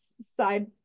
side